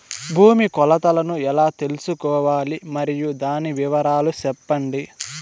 భూమి కొలతలను ఎలా తెల్సుకోవాలి? మరియు దాని వివరాలు సెప్పండి?